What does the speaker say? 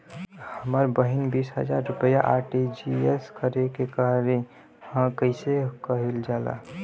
हमर बहिन बीस हजार रुपया आर.टी.जी.एस करे के कहली ह कईसे कईल जाला?